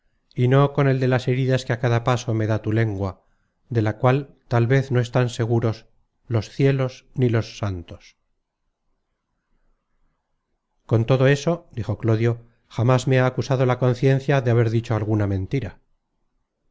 y no con el de las heridas que a cada paso me da tu lengua de la cual tal vez no están seguros los cielos ni los santos con todo eso dijo clodio jamas me ha acusado la conciencia de haber dicho alguna mentira